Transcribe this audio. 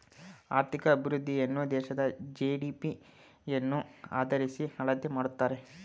ಆರ್ಥಿಕ ಅಭಿವೃದ್ಧಿಯನ್ನು ದೇಶದ ಜಿ.ಡಿ.ಪಿ ಯನ್ನು ಆದರಿಸಿ ಅಳತೆ ಮಾಡುತ್ತಾರೆ